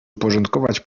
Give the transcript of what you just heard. uporządkować